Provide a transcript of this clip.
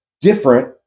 different